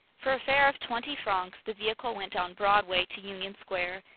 for a fare of twenty francs, the vehicle went down broadway to union square,